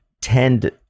tend